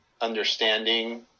understanding